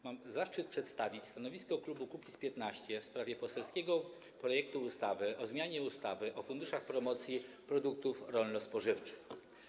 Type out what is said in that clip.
Mam zaszczyt przedstawić stanowisko klubu Kukiz’15 w sprawie poselskiego projektu ustawy o zmianie ustawy o funduszach promocji produktów rolno-spożywczych.